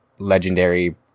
legendary